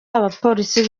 abapolisi